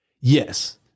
Yes